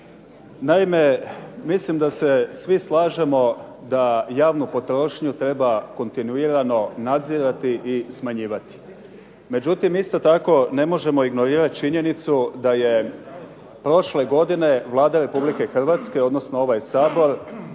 Naime, mislim da se svi slažemo da javnu potrošnju treba kontinuirano nadzirati i smanjivati. Međutim, isto tako ne možemo ignorirati činjenicu da je prošle godine Vlada Republike Hrvatske, odnosno ovaj Sabor